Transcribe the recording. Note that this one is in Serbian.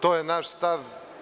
To je naš stav.